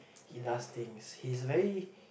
he does things he's very